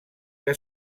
que